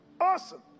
Awesome